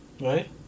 Right